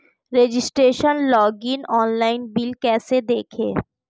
Registration login online bill कैसे देखें?